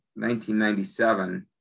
1997